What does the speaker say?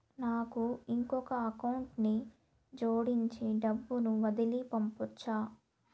నాకు ఇంకొక అకౌంట్ ని జోడించి డబ్బును బదిలీ పంపొచ్చా?